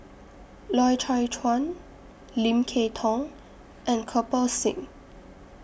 Loy Chye Chuan Lim Kay Tong and Kirpal Singh